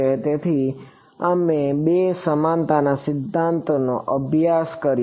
તેથી અમે બે સમાનતાના સિદ્ધાંતોનો અભ્યાસ કર્યો